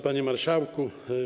Panie Marszałku!